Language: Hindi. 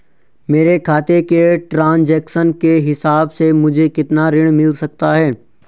मेरे खाते के ट्रान्ज़ैक्शन के हिसाब से मुझे कितना ऋण मिल सकता है?